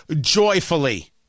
joyfully